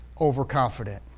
overconfident